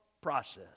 process